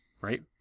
right